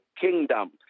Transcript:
kingdom